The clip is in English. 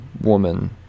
Woman